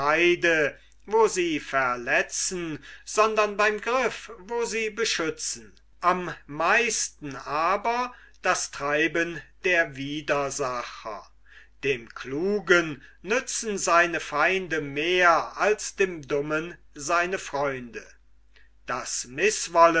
sie verletzen sondern beim griff wo sie beschützen am meisten aber das treiben der widersacher dem klugen nützen seine feinde mehr als dem dummen seine freunde das